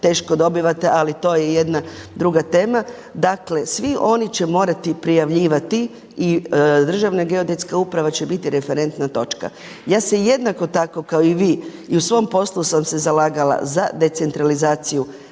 teško dobivate, ali to je jedna druga tema. Dakle, svi oni će morati prijavljivati i Državna geodetska uprava će biti referentna točka. Ja se jednako tako kao i vi i u svom poslu sam se zalagala za decentralizaciju